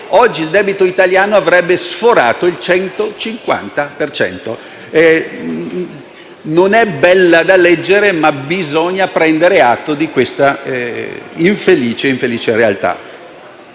oggi il debito italiano avrebbe sforato il 150 per cento. Non è bella da leggere, ma bisogna prendere atto di questa infelice realtà.